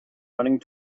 running